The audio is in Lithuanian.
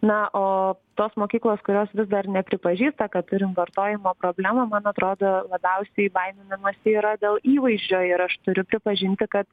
na o tos mokyklos kurios vis dar nepripažįsta kad turim vartojimo problemą man atrodo labiausiai baiminamasi yra dėl įvaizdžio ir aš turiu pripažinti kad